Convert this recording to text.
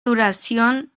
duración